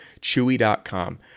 Chewy.com